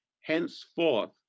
Henceforth